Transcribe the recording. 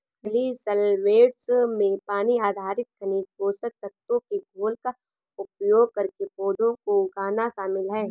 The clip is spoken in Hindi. जलीय सॉल्वैंट्स में पानी आधारित खनिज पोषक तत्वों के घोल का उपयोग करके पौधों को उगाना शामिल है